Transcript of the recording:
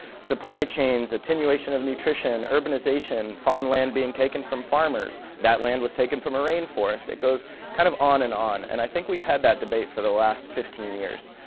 supply chains, attenuation of nutrition, urbanization, farmland being taken from farmers, that land was taken from a rain forest. it goes kind of on and on and i think we've had that debate for the last fifteen years.